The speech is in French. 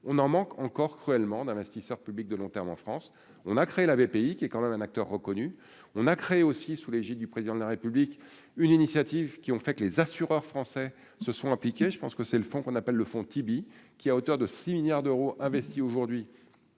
on en manque encore cruellement d'investisseurs publics de long terme, en France, on a créé la BPI qui est quand même un acteur reconnu, on a créé aussi, sous l'égide du président de la République, une initiative qui ont fait que les assureurs français se sont impliqués, je pense que c'est le fond, qu'on appelle le fond Tibi qui à hauteur de 6 milliards d'euros investis aujourd'hui